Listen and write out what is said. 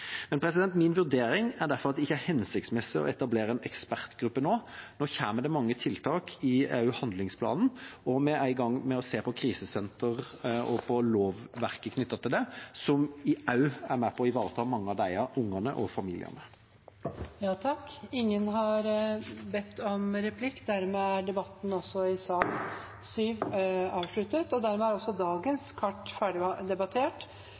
Min vurdering er derfor at det ikke er hensiktsmessig å etablere en ekspertgruppe nå. Nå kommer det mange tiltak også i handlingsplanen, og vi er i gang med å se på krisesenter og på lovverket knyttet til det, som også er med på å ivareta mange av disse ungene og familiene. Flere har ikke bedt om ordet til sak nr. 7. Dagens kart er ferdigdebattert, og Stortinget tar nå en pause. I